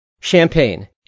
champagne